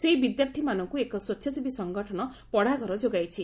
ସେହି ବିଦ୍ୟାର୍ଥୀମାନଙ୍କୁ ଏକ ସ୍ୱେଚ୍ଛାସେବୀ ସଙ୍ଗଠନ ପଡ଼ାଘର ଯୋଗାଇଛି